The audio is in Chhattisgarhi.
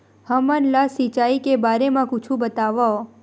हमन ला सिंचाई के बारे मा कुछु बतावव?